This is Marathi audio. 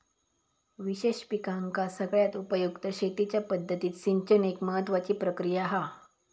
विशेष पिकांका सगळ्यात उपयुक्त शेतीच्या पद्धतीत सिंचन एक महत्त्वाची प्रक्रिया हा